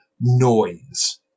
noise